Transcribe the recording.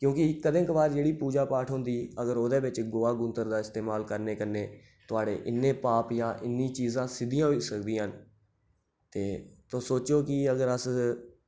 क्योंकि कदें कदार जेह्ड़ी पूजा पाठ होंदी अगर ओह्दे बिच गोहा गूंतर दा इस्तेमाल करने कन्नै थुआढ़े इन्ने पाप जां इन्नी चीजां सिद्धियां होई सकदियां न ते तुस सोचो कि अगर अस